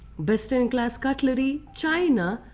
best in class cutlery, china,